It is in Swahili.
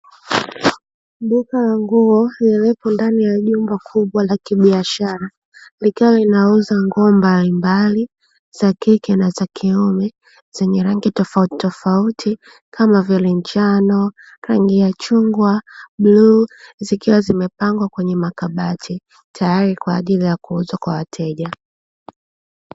Duka la nguo likiwepo ndani ya nyumba kubwa la kibiashara likiwa linauza nguo mbalimbali za kike na za kiume zenye rangi tofauti tofauti kama vile njano, rangi ya machungwa, bluu, zikiwa zimepangwa kwenye makabati tayari kwa ajili ya kuuzwa kwa wateja.